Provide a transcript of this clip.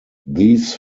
these